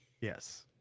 Yes